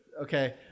Okay